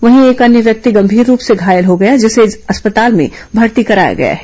वहीं एक अन्य व्यक्ति गंभीर रूप से घायल हो गया जिसे अस्पताल में भर्ती कराया गया है